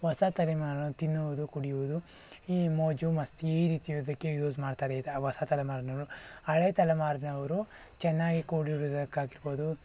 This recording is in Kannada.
ಹೊಸ ತಲೆಮಾರಿನವ್ರು ತಿನ್ನುವುದು ಕುಡಿಯುವುದು ಈ ಮೋಜು ಮಸ್ತಿ ಈ ರೀತಿ ಇರೋದಕ್ಕೆ ಯೂಸ್ ಮಾಡ್ತಾರೆ ಇದು ಹೊಸ ತಲೆಮಾರಿನವರು ಹಳೆ ತಲೆಮಾರಿನವರು ಚೆನ್ನಾಗಿ ಕೂಡಿಡುವುದಕ್ಕಾಗಿರ್ಬೋದು